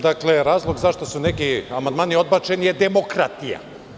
Dakle, razlog zašto su neki amandmani odbačeni je demokratija.